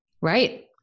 Right